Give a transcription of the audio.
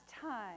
time